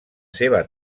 seva